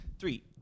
Three